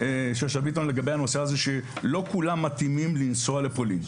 חברת הכנסת שאשא ביטון מתאימים לנסוע לפולין.